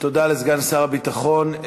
תודה לסגן שר הביטחון.